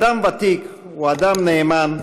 אדם ותיק הוא אדם נאמן,